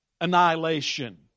annihilation